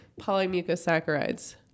Polymucosaccharides